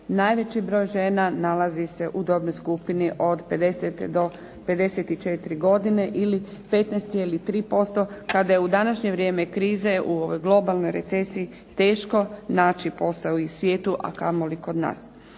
Najveći broj žena nalazi se u dobnoj skupini od 50 do 54 godine ili 15,3% kada je u današnje vrijeme krize, u ovoj globalnoj recesiji teško naći posao i u svijetu, a kamoli kod nas